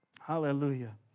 Hallelujah